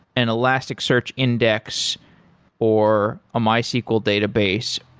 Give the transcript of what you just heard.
an elasticsearch index or a mysql database.